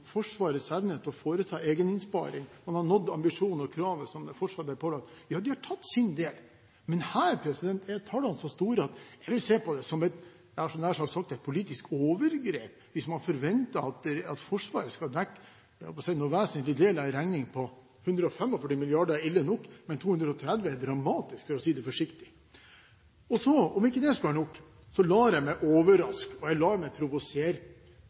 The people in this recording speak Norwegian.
Forsvarets evne til å foreta egeninnsparing. Man har nådd ambisjonen og kravet som Forsvaret ble pålagt. Ja, de har tatt sin del. Men her er tallene så store at jeg vil se på det som, jeg hadde nær sagt, et politisk overgrep hvis man forventet at Forsvaret skulle dekke en vesentlig del av en regning på 145 mrd. kr – det er ille nok, men 230 mrd. kr er dramatisk, for å si det forsiktig. Som om ikke det skulle være nok, lar jeg meg overraske, og jeg lar meg provosere: